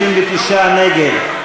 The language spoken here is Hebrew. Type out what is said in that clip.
59 נגד.